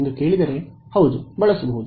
ಎಂದು ಕೇಳಿದರೆ ಹೌದು ಬಳಸಬಹುದು